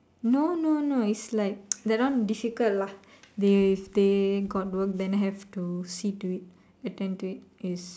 no no no is like that one difficult lah they they got work then have to see to it attend to it is